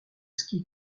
ski